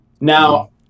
Now